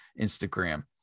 Instagram